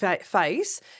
face